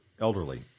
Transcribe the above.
elderly